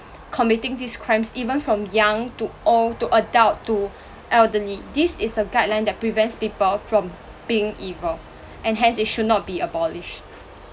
committing these crimes even from young to old to adult to elderly this is a guideline that prevents people from being evil and hence it should not be abolished